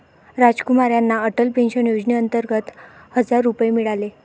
रामकुमार यांना अटल पेन्शन योजनेअंतर्गत हजार रुपये मिळाले